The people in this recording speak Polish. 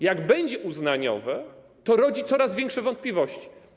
Jak będzie uznaniowe, to rodzi to coraz większe wątpliwości.